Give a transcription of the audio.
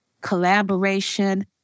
collaboration